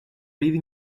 leaving